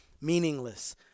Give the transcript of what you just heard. meaningless